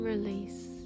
release